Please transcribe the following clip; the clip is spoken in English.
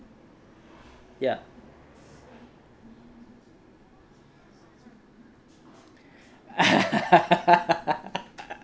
yup